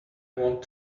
want